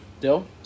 dill